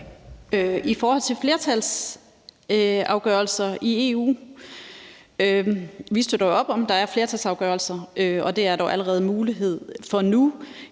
I forhold til flertalsafgørelser i EU vil jeg sige, at vi støtter op om, at der er flertalsafgørelser, og det er der jo allerede mulighed for nu.